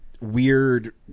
weird